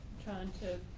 trying to,